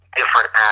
different